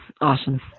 Awesome